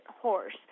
horse